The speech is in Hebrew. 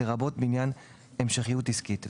לרבות בעניין המשכיות עסקית,